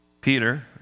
Peter